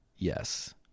Yes